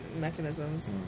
Mechanisms